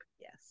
Yes